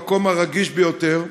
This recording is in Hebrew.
המקום הרגיש ביותר.